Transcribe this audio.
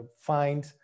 find